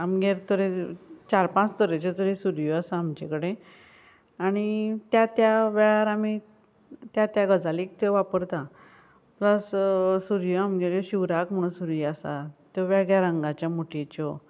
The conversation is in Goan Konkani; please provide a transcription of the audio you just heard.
आमगेर तरेच चार पांच तरेच्यो तरी सुरयो आसा आमचे कडेन आनी त्या त्या वेळार आमी त्या त्या गाजलीक त्यो वापरतात प्लस सुरयो आमगेल्यो शिवराक म्हुणू सुरयो आसात त्यो वेगळ्या रंगाच्या मुठयेच्यो